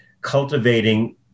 cultivating